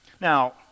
Now